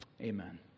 Amen